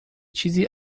چیزی